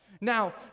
Now